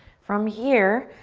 from here,